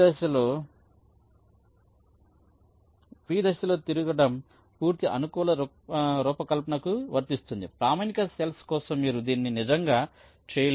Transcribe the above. Y దిశలో తిరగడం పూర్తి అనుకూల రూపకల్పనకు వర్తిస్తుందిప్రామాణిక సెల్స్ కోసం మీరు దీన్ని నిజంగా చేయలేరు